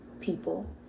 people